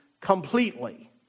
completely